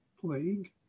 plague